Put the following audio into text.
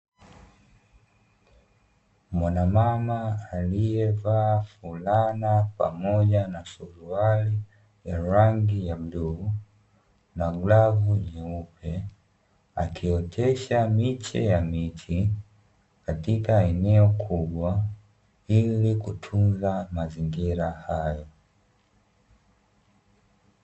Mwana mama aliyevaa fulana pamoja na suruali ya rangi ya bluu na glavu nyeupe, akiotesha miche ya miti katika eneo kubwa ili kutunza mazingira hayo.